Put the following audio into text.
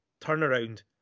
turnaround